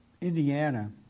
Indiana